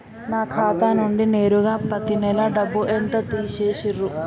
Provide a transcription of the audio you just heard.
నా ఖాతా నుండి నేరుగా పత్తి నెల డబ్బు ఎంత తీసేశిర్రు?